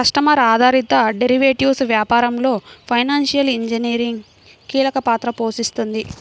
customer ఆధారిత derivatives వ్యాపారంలో financial engineering కీలక పాత్ర పోషిస్తుంది